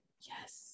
yes